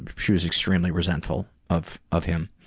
and she was extremely resentful of of him.